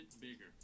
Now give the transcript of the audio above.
bigger